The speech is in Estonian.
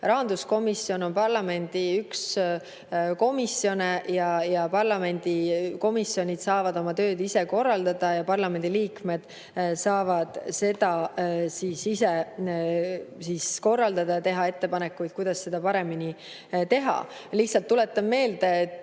Rahanduskomisjon on parlamendi üks komisjon, parlamendikomisjonid saavad oma tööd ise korraldada ja parlamendiliikmed saavad ise teha ettepanekuid, kuidas seda paremini teha. Lihtsalt tuletan meelde, et